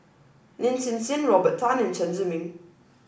Lin Hsin Hsin Robert Tan and Chen Zhiming